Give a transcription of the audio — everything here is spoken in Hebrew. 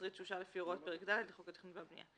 (2)תשריט שאושר לפי הוראות פרק ד' לחוק התכנון והבנייה,